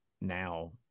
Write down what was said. now